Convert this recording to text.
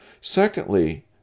Secondly